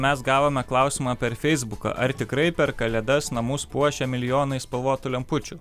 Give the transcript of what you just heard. mes gavome klausimą per feisbuką ar tikrai per kalėdas namus puošia milijonai spalvotų lempučių